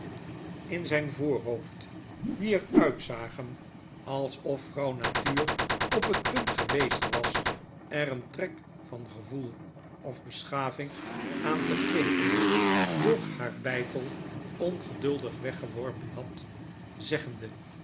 in zyn voorhoofd die er uitzagen alsof vrouw natuur op het punt geweest was er een trek van gevoel of beschaving aan te geven doch haar beitel ongeduldig weggeworpen had zeggende